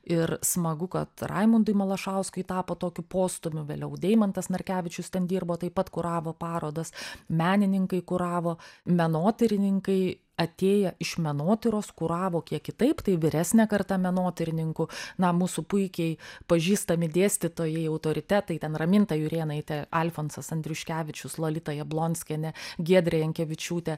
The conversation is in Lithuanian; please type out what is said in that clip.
ir smagu kad raimundui malašauskui tapo tokiu postūmiu vėliau deimantas narkevičius ten dirbo taip pat kuravo parodas menininkai kuravo menotyrininkai atėję iš menotyros kuravo kiek kitaip tai vyresnė karta menotyrininkų na mūsų puikiai pažįstami dėstytojai autoritetai ten raminta jurėnaitė alfonsas andriuškevičius lolita jablonskienė giedrė jankevičiūtė